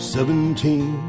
Seventeen